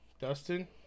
Dustin